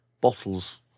bottles